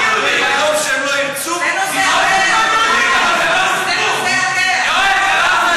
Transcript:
במקום שהם לא ירצו, היא לא, זה נושא אחר.